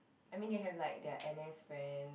I mean they have like their n_s friend